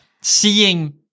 seeing